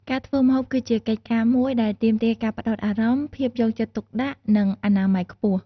ការធ្វើម្ហូបគឺជាកិច្ចការមួយដែលទាមទារការផ្តោតអារម្មណ៍ ភាពយកចិត្តទុកដាក់ និងអនាម័យខ្ពស់។